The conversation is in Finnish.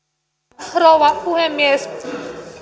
arvoisa rouva puhemies